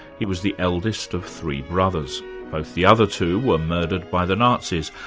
he was the eldest of three brothers both the other two were murdered by the nazis,